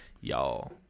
Y'all